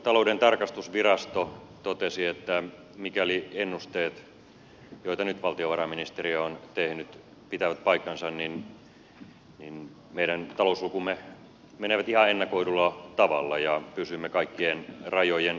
valtiontalouden tarkastusvirasto totesi että mikäli ennusteet joita nyt valtiovarainministeriö on tehnyt pitävät paikkansa niin meidän talouslukumme menevät ihan ennakoidulla tavalla ja pysymme kaikkien rajojen sisällä